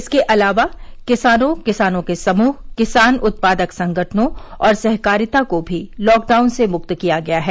इसके अलावा किसानों किसानों के समूह किसान उत्पादक संगठनों और सहकारिता को भी लॉकडाउन से मुक्त किया गया है